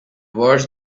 wars